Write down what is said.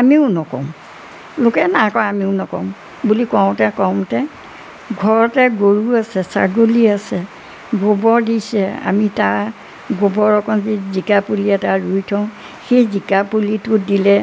আমিও নকৰোঁ লোকে নাই কৰা আমিও নকৰোঁ বুলি কৰোঁতে কৰোঁতে ঘৰতে গৰু আছে ছাগলী আছে গোবৰ দিছে আমি তাৰ গোবৰ অকণ যদি জিকা পুলি এটা ৰুই থওঁ সেই জিকা পুলিটো দিলে